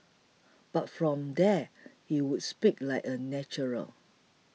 but from there he would speak like a natural